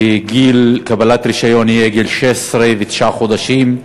שגיל קבלת רישיון יהיה 16 ותשעה חודשים,